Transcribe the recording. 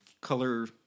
color